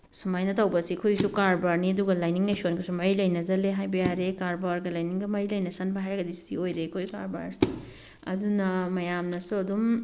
ꯁꯨꯃꯥꯏꯅ ꯇꯧꯕꯁꯦ ꯑꯩꯈꯣꯏꯁꯨ ꯀꯔꯕꯥꯔꯅꯤ ꯑꯗꯨꯒ ꯂꯥꯏꯅꯤꯡ ꯂꯥꯏꯁꯣꯟꯒꯁꯨ ꯃꯔꯤ ꯂꯩꯅꯁꯜꯂꯦ ꯍꯥꯏꯕ ꯌꯥꯔꯦ ꯀꯔꯕꯥꯔꯒ ꯂꯥꯏꯅꯤꯡꯒ ꯃꯔꯤ ꯂꯩꯅꯁꯟꯕ ꯍꯥꯏꯔꯒꯗꯤ ꯁꯤ ꯑꯣꯏꯔꯦ ꯑꯩꯈꯣꯏ ꯀꯔꯕꯥꯔꯁꯦ ꯑꯗꯨꯅ ꯃꯌꯥꯝꯅꯁꯨ ꯑꯗꯨꯝ